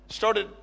started